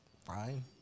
Fine